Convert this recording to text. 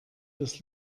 das